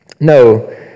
No